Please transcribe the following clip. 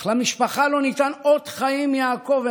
אך למשפחה לא ניתן אות חיים מיעקב,